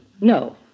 No